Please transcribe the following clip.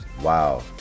wow